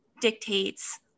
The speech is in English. dictates